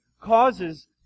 causes